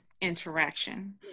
interaction